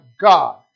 God